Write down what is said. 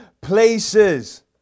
places